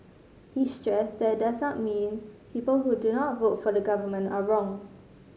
he stressed that it does not mean people who do not vote for the Government are wrong